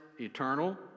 eternal